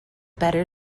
better